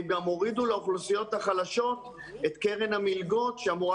הם גם הורידו לאוכלוסיות החלשות את קרן המלגות שאמורה